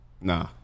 nah